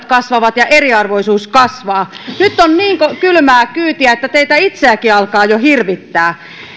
kasvavat ja eriarvoisuus kasvaa nyt on niin kylmää kyytiä että teitä itseännekin alkaa jo hirvittää